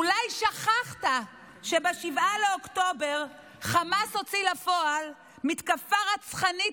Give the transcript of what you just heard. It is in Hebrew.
אולי שכחת שב-7 באוקטובר חמאס הוציא לפועל מתקפה רצחנית